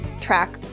track